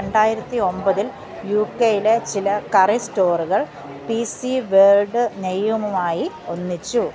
രണ്ടായിരത്തി ഒമ്പതിൽ യു കെയിലെ ചില കറി സ്റ്റോറുകൾ പി സി വേൾഡ് നെയ്യുമുമായി ഒന്നിച്ചു